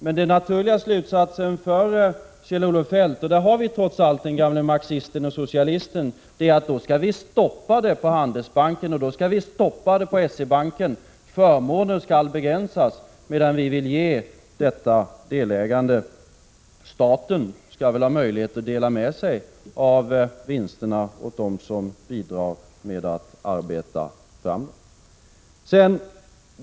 Men den naturliga slutsatsen för Kjell-Olof Feldt — och där har vi trots allt den gamle marxisten och socialisten — är att vi då skall stoppa dessa system på Handelsbanken och S-E-banken. Förmåner skall alltså begränsas, medan vi vill ge ett delägande, eftersom staten borde kunna dela med sig av vinsterna till dem som bidrar med att arbeta fram dem.